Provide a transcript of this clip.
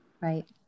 right